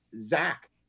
Zach